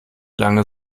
lange